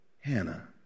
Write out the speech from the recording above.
Hannah